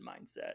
mindset